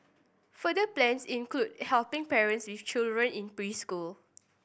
further plans include helping parents with children in preschool